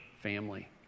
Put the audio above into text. family